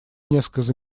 несколько